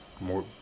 more